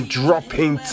dropping